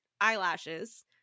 eyelashes